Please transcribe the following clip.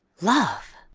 love.